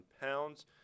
pounds